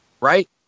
Right